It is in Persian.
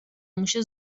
موشه